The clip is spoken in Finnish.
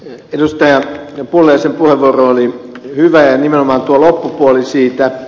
pulliaisen puheenvuoro oli hyvä ja nimenomaan tuo loppupuoli siitä